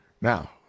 Now